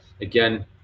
Again